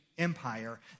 empire